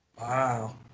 Wow